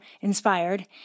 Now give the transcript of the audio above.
inspired